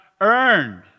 earned